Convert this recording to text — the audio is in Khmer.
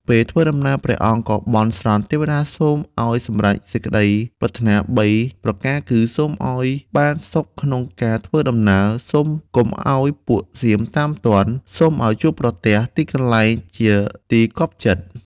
ពេលធ្វើដំណើរ ព្រះអង្គក៏បន់ស្រន់ទេវតាសូម ឱ្យសម្រេចសេចក្តីប្រាថ្នា ៣ ប្រការគឺ សូមឱ្យបានសុខក្នុងការធ្វើដំណើរ សូមកុំឱ្យពួកសៀមតាមទាន់ សូមឱ្យជួបប្រទះទីកន្លែងជាទីគាប់ចិត្ត។